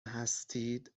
هستید